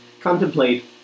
contemplate